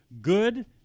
good